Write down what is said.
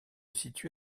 situe